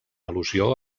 al·lusió